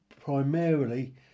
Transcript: primarily